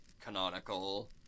canonical